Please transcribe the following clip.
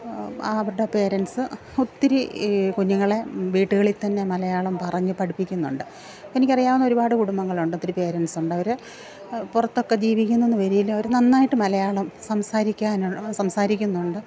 അവരുടെ പേരൻറ്റ്സ് ഒത്തിരി ഈ കുഞ്ഞുങ്ങളെ വീട്ടുകളില് തന്നെ മലയാളം പറഞ്ഞ് പഠിപ്പിക്കുന്നുണ്ട് എനിക്കറിയാവുന്ന ഒരുപാട് കുടുംബങ്ങളുണ്ട് ഒത്തിരി പേരൻറ്റ്സുണ്ട് അവര് പുറത്തൊക്കെ ജീവിക്കുന്നു എന്നുവരികില് അവര് നന്നായിട്ട് മലയാളം സംസാരിക്കാനു സംസാരിക്കുന്നുണ്ട്